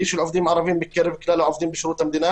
של עובדים ערבים בקרב כלל העובדים בשירות המדינה